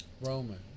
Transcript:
Roman